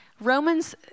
Romans